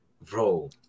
Bro